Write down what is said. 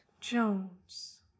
Jones